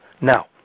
now